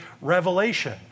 revelation